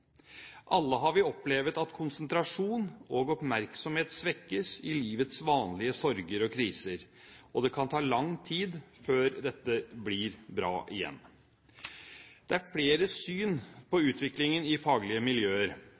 Alle har vi opplevd at konsentrasjon og oppmerksomhet svekkes i livets vanlige sorger og kriser, og det kan ta lang tid før dette blir bra igjen. Det er flere syn på utviklingen i faglige miljøer.